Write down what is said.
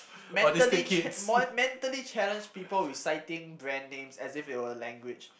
mentally ch~ mo~ mentally challenged people reciting brand names as if it were a language